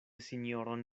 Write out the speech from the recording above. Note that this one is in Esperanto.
sinjoron